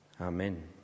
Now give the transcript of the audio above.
Amen